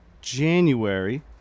January